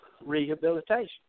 rehabilitation